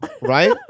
right